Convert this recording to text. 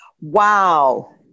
Wow